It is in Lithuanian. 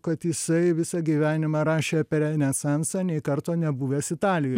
kad jisai visą gyvenimą rašė apie renesansą nei karto nebuvęs italijoj